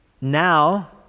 Now